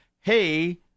hey